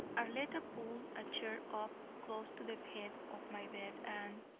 arletta pulled a chair up close to the head of my bed, and,